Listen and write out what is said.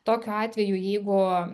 tokiu atveju jeigu